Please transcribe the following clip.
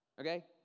Okay